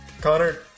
Connor